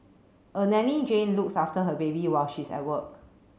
a nanny Jane looks after her baby while she's at work